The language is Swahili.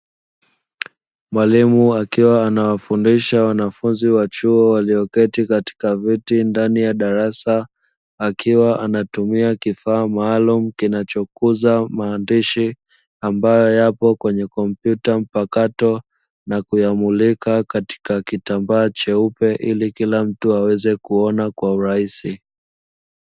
Mwalimu akiwa anawafundisha wanafunzi wa chuo, walioketi katika viti ndani ya darasa, akiwa anatumia kifaa maalumu kinachokuza maandishi ambayo yapo kwenye kompyuta mpakato, na kuyamulika katika kitambaa cheupe ili kila mtu aweze kuona kwa urahisi.